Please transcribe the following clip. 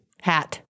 Hat